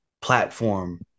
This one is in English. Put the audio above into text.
platform